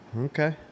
okay